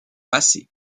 passés